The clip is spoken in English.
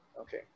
Okay